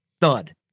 thud